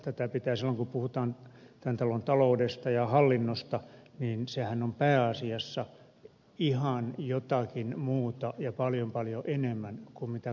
silloin kun puhutaan tämän talon taloudesta ja hallinnosta niin sehän on pääasiassa ihan jotakin muuta ja paljon paljon enemmän kuin kansanedustajat tekevät